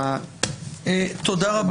תודה.